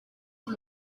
los